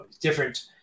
different